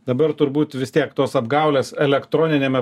dabar turbūt vis tiek tos apgaulės elektroniniame